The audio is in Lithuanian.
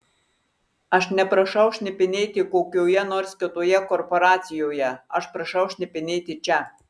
aš neprašau šnipinėti kokioje nors kitoje korporacijoje aš prašau šnipinėti čia